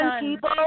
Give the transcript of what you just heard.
people